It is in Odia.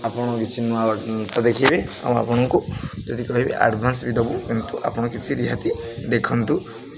ଆପଣ କିଛି ନୂଆ ତ ଦେଖିବେ ଆଉ ଆପଣଙ୍କୁ ଯଦି କହିବେ ଆଡ଼ଭାନ୍ସ ବି ଦବୁ କିନ୍ତୁ ଆପଣ କିଛି ରିହାତି ଦେଖନ୍ତୁ